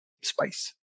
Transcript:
spice